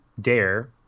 dare